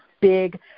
big